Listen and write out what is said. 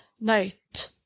night